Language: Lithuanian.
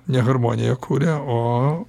ne harmoniją kuria o